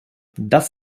das